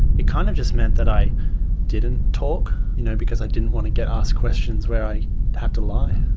it kind of just meant that i didn't talk you know because i didn't want to get asked questions where i had to lie.